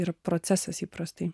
yra procesas įprastai